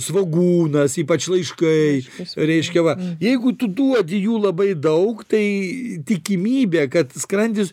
svogūnas ypač laiškai reiškia va jeigu tu duodi jų labai daug tai tikimybė kad skrandis